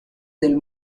del